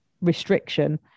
restriction